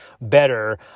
better